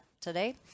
today